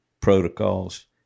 protocols